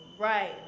Right